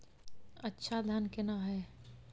अच्छा धान केना हैय?